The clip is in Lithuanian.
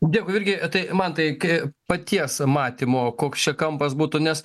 dėkui irgi tai mantai kai paties matymo koks čia kampas būtų nes